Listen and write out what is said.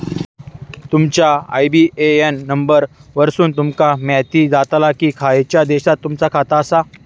तुमच्या IBAN number वरसुन तुमका म्हायती जाताला की खयच्या देशात तुमचा खाता आसा